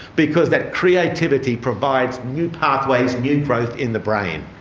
because that creativity provides new pathways, new growth in the brain.